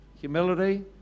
humility